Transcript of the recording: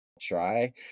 try